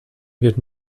wird